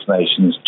Nations